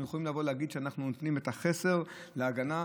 אנחנו יכולים להגיד שאנחנו נותנים את החסר להגנה?